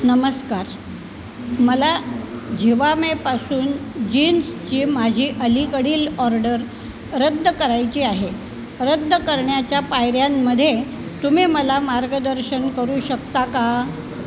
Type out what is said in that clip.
नमस्कार मला झिवामेपासून जीन्सची माझी अलीकडील ऑर्डर रद्द करायची आहे रद्द करण्याच्या पायऱ्यांमध्ये तुम्ही मला मार्गदर्शन करू शकता का